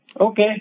Okay